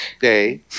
day